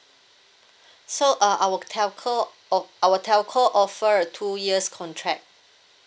so uh our telco o~ our telco offer a two years contract